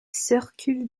circulent